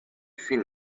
seen